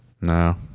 No